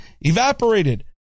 evaporated